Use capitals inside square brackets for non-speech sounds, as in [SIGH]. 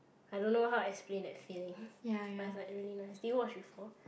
I don't know how I explain that feeling [BREATH] but it's like really nice did you watch before